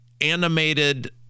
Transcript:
animated